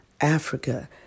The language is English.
Africa